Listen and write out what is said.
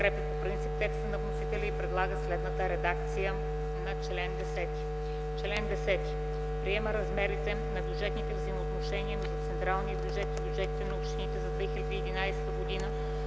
подкрепя по принцип текста на вносителя и предлага следната редакция на чл. 10: „Чл. 10. (1) Приема размерите на бюджетните взаимоотношения между централния бюджет и бюджетите на общините за 2011 г.